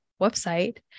website